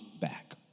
back